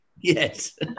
Yes